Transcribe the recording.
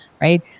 right